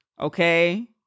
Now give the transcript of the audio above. okay